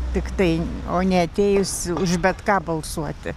tiktai o neatėjus už bet ką balsuoti